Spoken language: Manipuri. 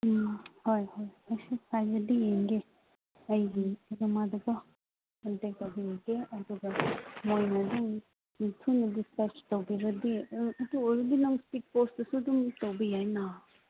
ꯎꯝ ꯍꯣꯏ ꯍꯣꯏ ꯑꯩꯁꯨ ꯌꯦꯡꯒꯦ ꯑꯩꯒꯤ ꯃꯔꯨꯞ ꯑꯃꯗꯀꯣ ꯀꯟꯇꯦꯛ ꯇꯧꯕꯤꯔꯒꯦ ꯑꯗꯨꯒ ꯃꯣꯏꯅ ꯑꯗꯨꯝ ꯊꯨꯅ ꯗꯤꯆꯥꯔꯖ ꯇꯧꯕꯤꯔꯗꯤ ꯑꯗꯨ ꯑꯣꯏꯔꯗꯤ ꯅꯪ ꯁ꯭ꯄꯤꯠ ꯄꯣꯁꯇ ꯑꯗꯨꯝ ꯇꯧꯕ ꯌꯥꯏꯅ